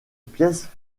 pièce